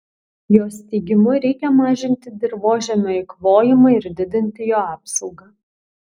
jos teigimu reikia mažinti dirvožemio eikvojimą ir didinti jo apsaugą